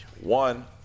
one